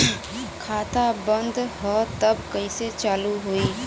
खाता बंद ह तब कईसे चालू होई?